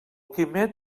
quimet